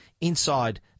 inside